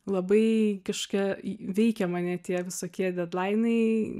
labai kažkokie veikia mane tie visokie dedlainai